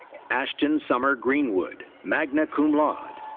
ashton summer greenwood, magna cum laude.